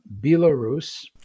Belarus